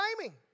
timing